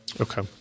Okay